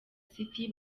city